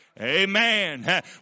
Amen